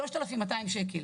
3,200 שקל,